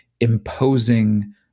imposing